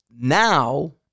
now